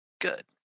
Good